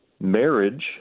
marriage